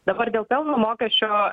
dabar dėl pelno mokesčio